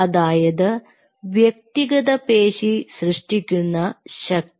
അതായത് വ്യക്തിഗത പേശി സൃഷ്ടിക്കുന്ന ശക്തി